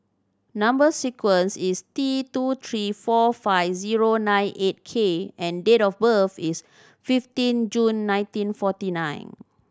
number sequence is T two three four five zero nine eight K and date of birth is fifteen June nineteen forty nine